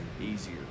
easier